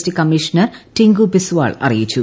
T commissioner Tinku Biswal അറിയിച്ചു